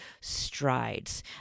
strides